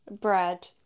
bread